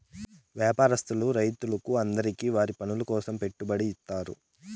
వ్యాపారస్తులకు రైతులకు అందరికీ వారి పనుల కోసం పెట్టుబడి ఇత్తారు